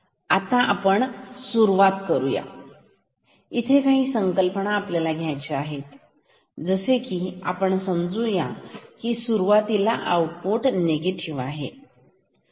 आता आपण सुरुवात करू या इथे काही संकल्पना आपल्याला घ्यायच्या आहेत असे समजू या की सुरुवातीला आउटपुट निगेटिव्ह आहे